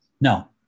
No